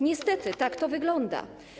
Niestety tak to wygląda.